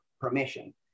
permission